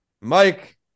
Mike